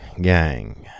Gang